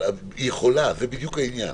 היא יכולה, זה בדיוק העניין.